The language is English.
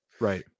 Right